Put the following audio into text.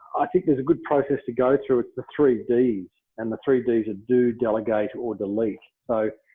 i think, there's a good process to go through it the three d's. and the three d's are do, delegate, or delete. so,